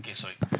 okay sorry